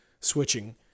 Switching